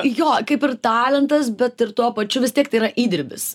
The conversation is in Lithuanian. jo kaip ir talentas bet ir tuo pačiu vis tiek tai yra įdirbis